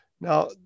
Now